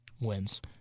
wins